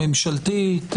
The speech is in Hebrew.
ממשלתית,